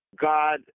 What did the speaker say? God